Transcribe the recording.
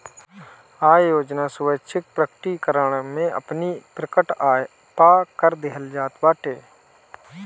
आय योजना स्वैच्छिक प्रकटीकरण में अपनी प्रकट आय पअ कर देहल जात बाटे